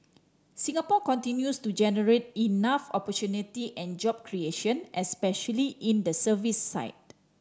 Singapore continues to generate enough opportunity and job creation especially in the services side